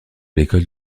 l’école